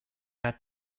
hat